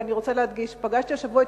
ואני רוצה להדגיש: פגשתי השבוע את